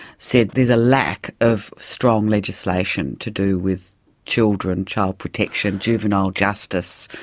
said there is a lack of strong legislation to do with children, child protection, juvenile justice,